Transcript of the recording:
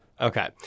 Okay